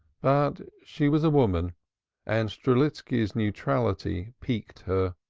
but she was a woman and strelitski's neutrality piqued her.